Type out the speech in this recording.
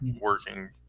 working